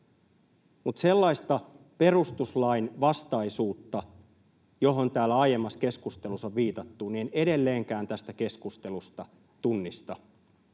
mutta sellaista perustuslainvastaisuutta, johon täällä aiemmassa keskustelussa on viitattu, en edelleenkään tästä keskustelusta tunnista.